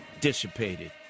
dissipated